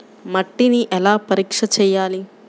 మట్టిని ఎలా పరీక్ష చేయాలి?